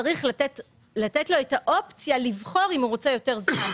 צריך לתת לו את האופציה לבחור אם הוא רוצה יותר זמן.